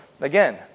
again